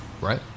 Right